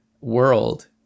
world